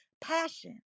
passion